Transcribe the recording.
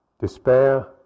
despair